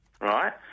right